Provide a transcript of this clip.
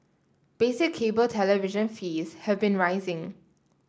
basic cable television fees have been rising